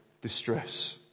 distress